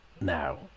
now